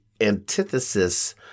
antithesis